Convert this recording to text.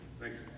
Thanks